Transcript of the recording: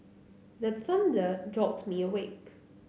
the thunder jolt me awake